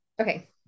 Okay